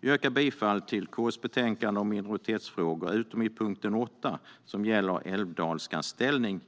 Jag yrkar bifall utskottets förslag i KU:s betänkande om minoritetsfrågor utom under punkten 8 som gäller älvdalskans ställning